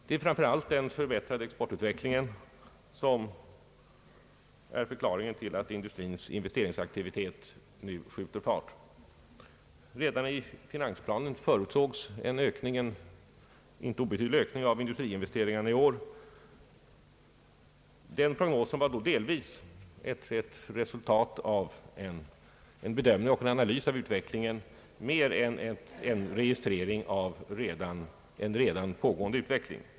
Det är framför allt den förbättrade exportutvecklingen som är förklaringen till att industrins investeringsaktivitet nu skjuter fart. Redan i finansplanen förutsågs en inte obetydlig ökning av industriinvesteringarna i år. Den prognosen var då delvis ett resultat av en bedömning och en analys av utvecklingen snarare än en registrering av en redan pågående utveckling.